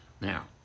Now